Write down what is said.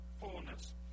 fullness